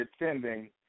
attending